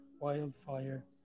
wildfire